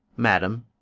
madam,